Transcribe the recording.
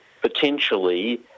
potentially